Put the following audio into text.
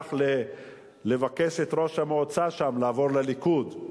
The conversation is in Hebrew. הלך לבקש מראש המועצה שם לעבור לליכוד.